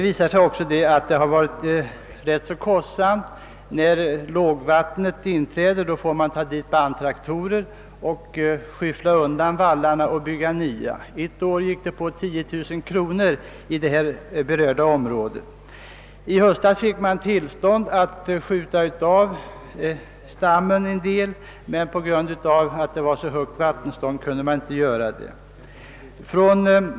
När det åter blir lågvatten får man med bandtraktor skyffla undan vallarna och bygga nya. Ett år kostade detta 10 000 kronor i det berörda området. I höstas fick man tillstånd att skjuta av en del av stammen, men på grund av det höga vattenståndet kunde man inte göra det.